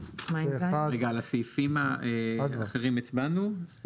הצבעה אושרו רגע, על הסעיפים האחרים הצבענו?